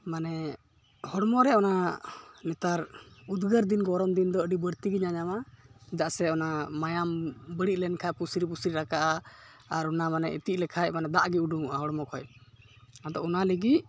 ᱢᱟᱱᱮ ᱦᱚᱲᱢᱚᱨᱮ ᱚᱱᱟ ᱱᱮᱛᱟᱨ ᱩᱫᱽᱜᱟᱹᱨᱫᱤᱱ ᱜᱚᱨᱚᱢᱫᱤᱱ ᱫᱚ ᱟᱹᱰᱤ ᱵᱟᱹᱲᱛᱤᱜᱮ ᱧᱟᱧᱟᱢᱟ ᱪᱮᱫᱟᱜ ᱥᱮ ᱚᱱᱟ ᱢᱟᱭᱟᱢ ᱵᱟᱹᱲᱤᱡᱞᱮᱱ ᱠᱷᱟᱱ ᱯᱩᱥᱨᱤ ᱯᱩᱥᱨᱤ ᱨᱟᱠᱟᱵᱼᱟ ᱟᱨ ᱚᱱᱟ ᱢᱟᱱᱮ ᱤᱛᱤᱡ ᱞᱮᱠᱷᱟᱱ ᱢᱟᱱᱮ ᱫᱟᱜ ᱜᱮ ᱩᱰᱩᱝᱚᱜᱼᱟ ᱦᱚᱲᱢᱚ ᱠᱷᱚᱱ ᱟᱫᱚ ᱚᱱᱟ ᱞᱟᱹᱜᱤᱫ